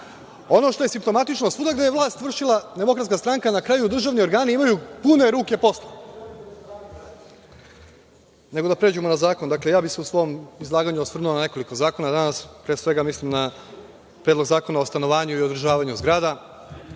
što je simptomatično, svuda gde je vlast vršila DS na kraju državni organi imaju pune ruke posla. Nego, da pređemo na zakone. Dakle, ja bih se u svom izlaganju osvrnuo na nekoliko zakona danas, a pre svega mislim na Predlog zakona o stanovanju i održavanju zgrada.